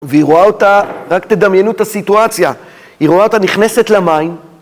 והיא רואה אותה, רק תדמיינו את הסיטואציה, היא רואה אותה נכנסת למים